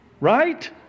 right